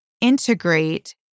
integrate